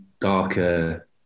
darker